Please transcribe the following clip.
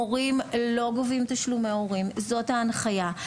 מורים לא גובים תשלומי הורים, זאת ההנחיה.